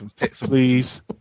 Please